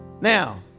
Now